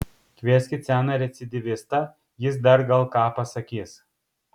kvieskit seną recidyvistą jis dar gal ką pasakys